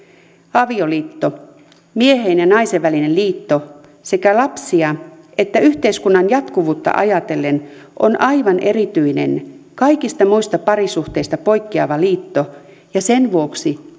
avioliitto miehen ja naisen välinen liitto sekä lapsia että yhteiskunnan jatkuvuutta ajatellen on aivan erityinen kaikista muista parisuhteista poikkeava liitto ja sen vuoksi